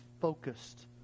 focused